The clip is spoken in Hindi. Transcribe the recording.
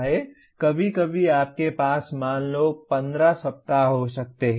कभी कभी आपके पास मान लो 15 सप्ताह हो सकते हैं